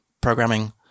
programming